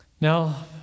Now